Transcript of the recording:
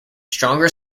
stronger